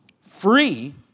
free